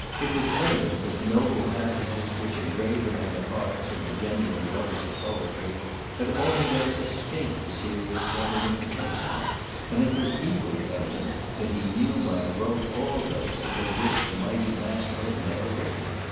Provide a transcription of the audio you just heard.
it was evident that the noble passages which are graven on the hearts of the genuine lovers of poetry had altogether escaped the serious gentleman's attention and it was equally evident that he knew by rote all those that they wish the mighty master had never written.